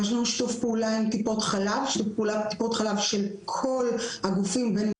יש לנו שיתוף פעולה עם טיפות חלב של כל הגופים בין אם